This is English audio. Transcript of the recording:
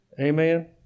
Amen